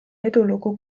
edulugu